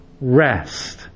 rest